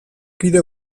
kide